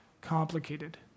complicated